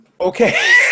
Okay